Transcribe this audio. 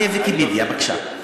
אז ל"ויקיפדיה", בבקשה.